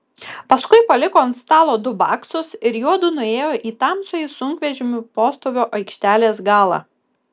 paskui paliko ant stalo du baksus ir juodu nuėjo į tamsųjį sunkvežimių postovio aikštelės galą